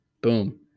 boom